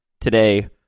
today